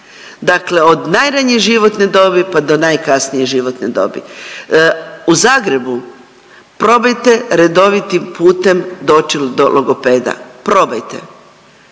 dakle od najranije životne dobi, pa do najkasnije životne dobi. U Zagrebu probajte redovitim putem doći do logopeda, probajte,